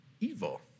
Evil